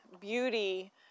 beauty